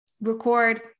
record